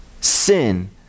sin